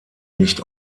nicht